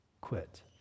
quit